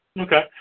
Okay